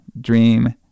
Dream